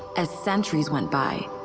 as centuries went by,